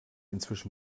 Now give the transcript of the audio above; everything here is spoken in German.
inzwischen